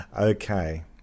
Okay